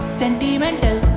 sentimental